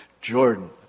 Jordan